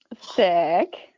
Sick